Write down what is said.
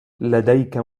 لديك